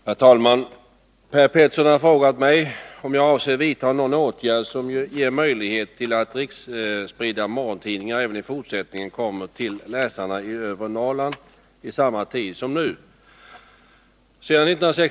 Herr talman! Per Petersson har frågat mig om jag avser vidtaga någon åtgärd som ger möjlighet till att riksspridda morgontidningar även i fortsättningen kommer till läsarna i övre Norrland i samma tid som nu.